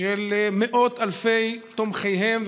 של מאות אלפי תומכיהם,